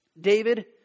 David